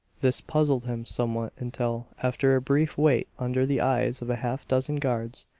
this puzzled him somewhat until, after a brief wait under the eyes of a half-dozen guards,